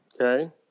okay